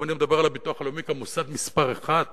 אם אני מדבר על הביטוח הלאומי כמוסד מספר אחת